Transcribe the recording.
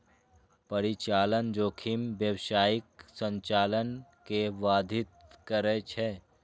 परिचालन जोखिम व्यावसायिक संचालन कें बाधित करै छै